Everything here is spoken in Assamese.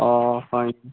অ হয় নেকি